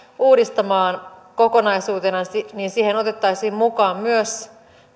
uudistamaan kokonaisuutena niin siihen otettaisiin mukaan myös